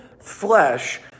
flesh